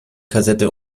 kassette